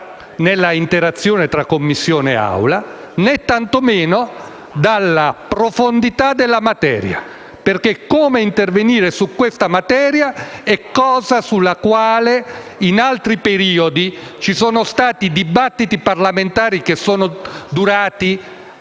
nella interazione tra Commissione e Aula, né tanto meno dalla profondità della materia, perché come intervenire su questa materia è argomento sul quale in altri periodi sono stati spesi dibattiti parlamentari che sono durati